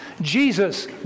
Jesus